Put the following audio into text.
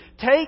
take